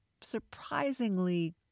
surprisingly